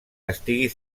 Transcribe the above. estigui